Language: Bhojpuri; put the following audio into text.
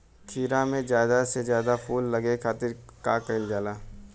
खीरा मे ज्यादा से ज्यादा फूल लगे खातीर का कईल जाला?